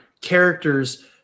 characters